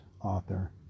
author